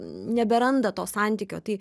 neberanda to santykio tai